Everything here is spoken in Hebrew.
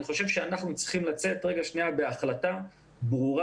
אני חושב שאנחנו צריכים לצאת בהחלטה ברורה,